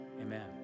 amen